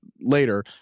later